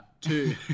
Two